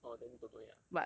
orh then don't know yet ah